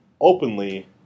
openly